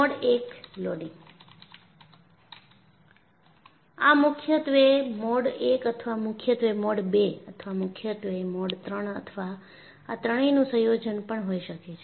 mode I loading આ મુખ્યત્વે mode I અથવા મુખ્યત્વે મોડ II અથવા મુખ્યત્વે મોડ III અથવા આ ત્રણેયનું સંયોજન પણ હોઈ શકે છે